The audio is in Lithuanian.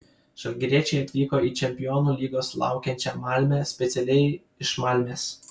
žalgiriečiai atvyko į čempionų lygos laukiančią malmę specialiai iš malmės